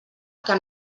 que